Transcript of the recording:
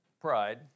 Pride